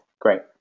great